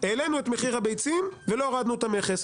העלינו את מחיר הביצים ולא הורדנו את המכס.